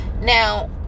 now